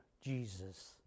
Jesus